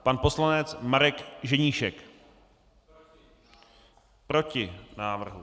Pan poslanec Marek Ženíšek: Proti návrhu.